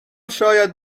شاید